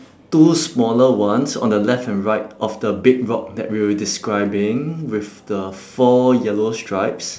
two smaller ones on the left and right of the big rock that we were describing with the four yellow stripes